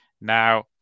Now